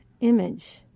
image